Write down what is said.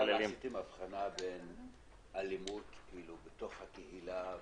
עשיתם אבחנה בין אלימות בתוך הקהילה,